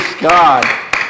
God